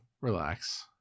Relax